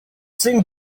seen